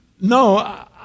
No